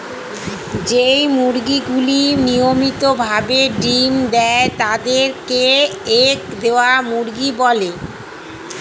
যেই মুরগিগুলি নিয়মিত ভাবে ডিম্ দেয় তাদের কে এগ দেওয়া মুরগি বলে